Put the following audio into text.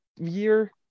year